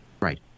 Right